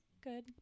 good